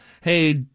hey